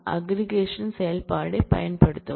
aggregation செயல்பாடு பயன்படுத்தவும்